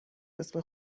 اسم